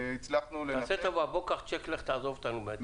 עשה טובה, בוא קח צ'ק ותעזוב אותנו.